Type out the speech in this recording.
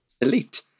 Elite